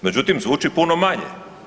Međutim zvuči puno manje.